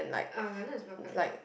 uh London is well connected